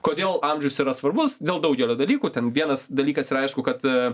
kodėl amžius yra svarbus dėl daugelio dalykų ten vienas dalykas yra aišku kad